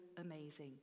amazing